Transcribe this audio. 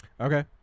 Okay